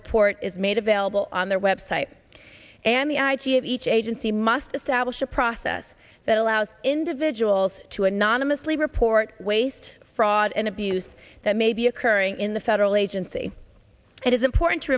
report is made available on their website and the i g of each agency must establish a process that allows individuals to anonymously report waste fraud and abuse that may be occurring in the federal agency it is important to